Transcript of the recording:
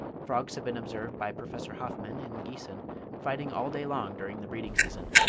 frogs have been observed by professor hoffman in giessen fighting all day long during the breeding-season,